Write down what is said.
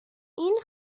این